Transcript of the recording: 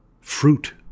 fruit